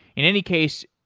in any case,